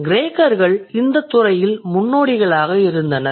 கிரேக்கர்கள் இந்தத் துறையில் முன்னோடிகளாக இருந்தனர்